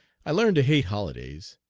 i learned to hate holidays.